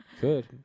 Good